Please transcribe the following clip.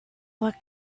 what